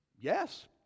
Yes